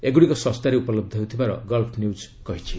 ଏଗୁଡ଼ିକ ଶସ୍ତାରେ ଉପଲବ୍ଧ ହେଉଥିବାର ଗଲ୍ଲ ନ୍ୟଜ୍ କହିଛି